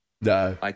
No